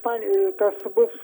panevėžio tas bus